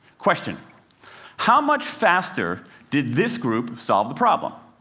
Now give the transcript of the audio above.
question how much faster did this group solve the problem?